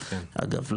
אגב,